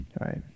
right